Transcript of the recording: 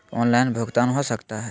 Online भुगतान हो सकता है?